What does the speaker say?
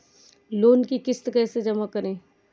Loan की किश्त कैसे जमा करें?